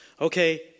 okay